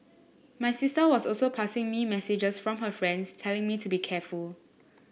my sister was also passing me messages from her friends telling me to be careful